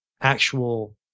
actual